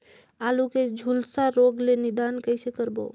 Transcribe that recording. आलू के झुलसा रोग ले निदान कइसे करबो?